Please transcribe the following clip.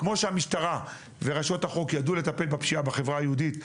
כמו שהמשטרה ורשויות החוק ידעו לטפל בפשיעה בחברה היהודית.